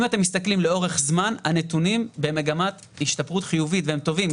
אם אתם מסתכלים לאורך זמן הנתונים במגמת השתפרות חיובית והם טובים,